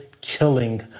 killing